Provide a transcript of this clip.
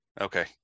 Okay